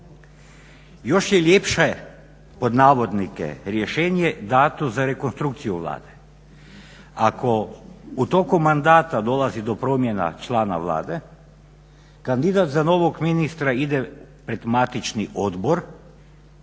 Još je ljepše pod navodnike rješenje dano za rekonstrukciju Vlade. Ako u toku mandata dolazi do promjena člana Vlade kandidat za novog ministra ide pred matični odbor.